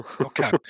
Okay